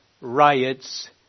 riots